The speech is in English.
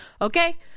Okay